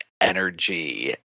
energy